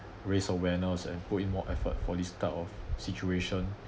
raise awareness and put in more effort for this type of situation